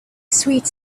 sweet